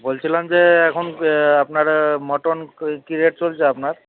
বলছিলাম যে এখন আপনারা মটন ক কি রেট চলছে আপনার